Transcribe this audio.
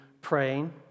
praying